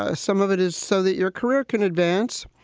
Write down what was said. ah some of it is so that your career can advance.